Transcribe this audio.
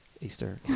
Easter